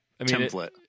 Template